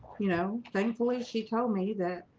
you know, thankfully she told me that